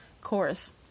Chorus